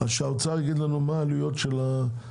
שהאוצר יגיד לנו מה העלויות של הפיתוח